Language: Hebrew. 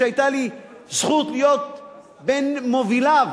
שהיתה לי זכות להיות בין מוביליו